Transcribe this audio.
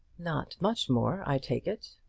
not much more, i take it.